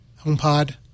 HomePod